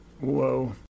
Whoa